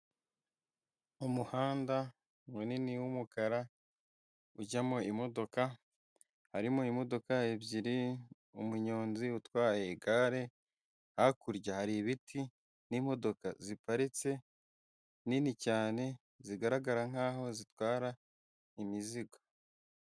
Umuhanda munini w'umukara ujyamo imodoka, harimo imodoka ebyiri umunyonzi utwaye igare. Hakurya hari ibiti n'imodoka ziparitse nini cyane zigaragara nk'aho zitwara imizigo.